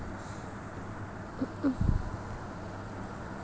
మన డబ్బులు కంటే అప్పు తీసుకొనే వారికి వడ్డీతో సహా చెల్లించాలి